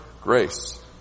grace